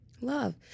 Love